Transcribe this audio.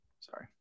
Sorry